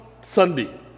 Sunday